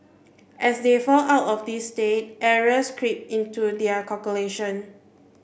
as they fall out of this state errors creep into their calculation